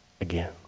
again